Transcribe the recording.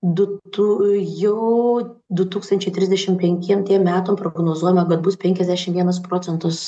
du tu jau du tūkstančiai trisdešim penkiem tiem metam prognozuojama kad bus penkiasdešim vienas procentas